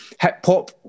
hip-hop